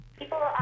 people